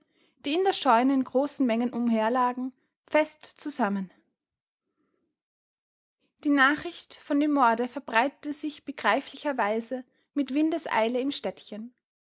die in der scheune in großen mengen umherlagen fest zusammen die nachricht von dem morde verbreitete sich begreiflicherweise mit windeseile im städtchen